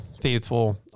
faithful